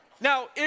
Now